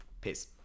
Peace